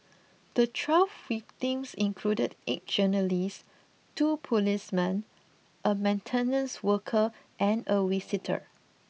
the twelve victims included eight journalists two policemen a maintenance worker and a visitor